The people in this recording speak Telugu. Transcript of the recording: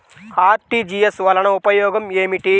అర్.టీ.జీ.ఎస్ వలన ఉపయోగం ఏమిటీ?